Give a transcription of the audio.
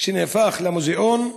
שנהפך למוזיאון,